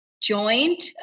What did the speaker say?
joint